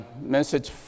message